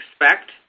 expect